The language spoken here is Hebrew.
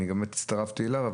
אני באמת הצטרפתי אליו,